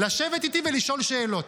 לשבת איתי ולשאול שאלות.